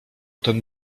ten